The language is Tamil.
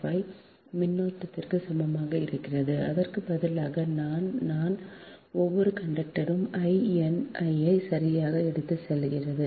4605 மின்னோட்டத்திற்கு சமமாக இருக்கிறது அதற்கு பதிலாக நான் நான் ஒவ்வொரு கண்டக்டரும் I n ஐ சரியாக எடுத்துச் செல்கிறது